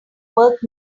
work